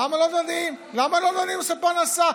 למה לא דנים בנושא הפרנסה?